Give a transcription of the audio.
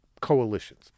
coalitions